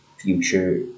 future